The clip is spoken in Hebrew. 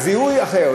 זיהוי אחר.